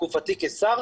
בתקופתי כשר.